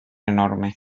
enorme